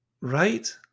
Right